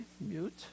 mute